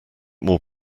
more